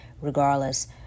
regardless